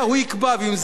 אני קורא לראש הממשלה,